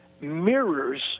mirrors